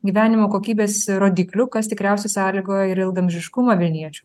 gyvenimo kokybės rodiklių kas tikriausiai sąlygoja ir ilgaamžiškumą vilniečių